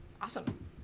Awesome